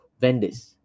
vendors